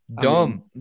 Dumb